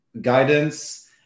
guidance